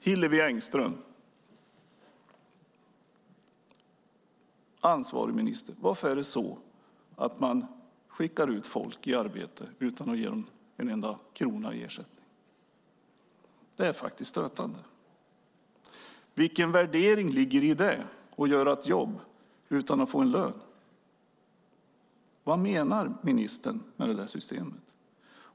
Hillevi Engström, ansvarig minister, varför skickar man ut folk i arbete utan att ge dem en enda krona i ersättning? Det är faktiskt stötande. Vilken värdering ligger det i att man ska utföra ett jobb utan att få lön? Vad menar ministern med det systemet?